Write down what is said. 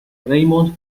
raymond